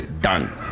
Done